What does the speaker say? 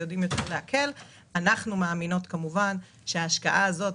אנחנו מאמינות שההשקעה הזאת,